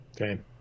Okay